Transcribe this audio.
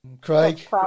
Craig